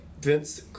Vince